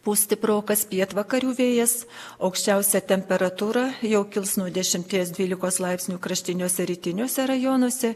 pūs stiprokas pietvakarių vėjas aukščiausia temperatūra jau kils nuo dešimties dvylikos laipsnių kraštiniuose rytiniuose rajonuose